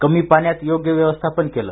कमी पाण्याच योग्य व्यवस्थापन केलं